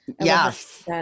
yes